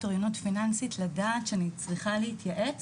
אוריינות פיננסית לדעת שאני צריכה להתייעץ,